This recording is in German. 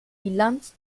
bilanz